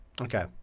Okay